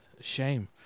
shame